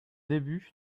début